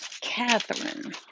Catherine